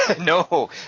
No